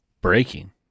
breaking